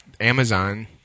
Amazon